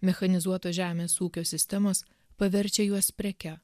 mechanizuotos žemės ūkio sistemos paverčia juos preke